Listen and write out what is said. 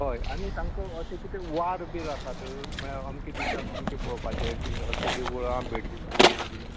हय आनी तांकां अशें कितें वार बीन आसात म्हळ्यार अमकें दिसाक अमकें पळोवपाचें ते बी अशें देवळां भेटेक बी